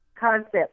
concept